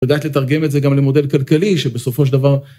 תודה שאתה תרגם את זה גם למודל כלכלי, שבסופו של דבר...